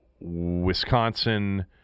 Wisconsin